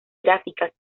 gráficas